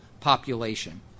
population